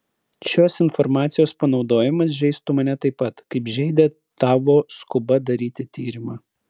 šios informacijos panaudojimas žeistų mane taip pat kaip žeidė tavo skuba daryti tyrimą